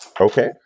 Okay